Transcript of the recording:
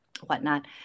whatnot